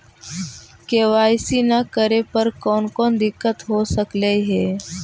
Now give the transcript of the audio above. KYC न करे पर कौन कौन दिक्कत हो सकले हे?